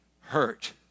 hurt